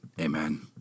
Amen